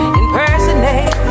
impersonate